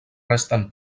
resten